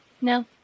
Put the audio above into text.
No